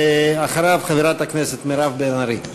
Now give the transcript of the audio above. אחריו, חברת הכנסת מירב בן ארי.